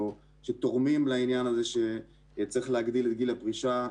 או שתורמים לעניין הזה שצריך להגדיל את גיל הפרישה,